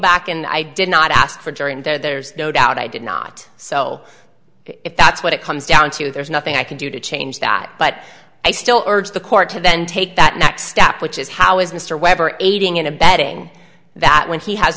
back and i did not ask for a jury and there's no doubt i did not so if that's what it comes down to there's nothing i can do to change that but i still urge the court to then take that next step which is how is mr weber aiding and abetting that when he has